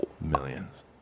Millions